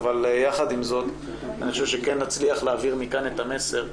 אבל יחד עם זה נצליח להעביר מכאן את המסר,